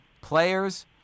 players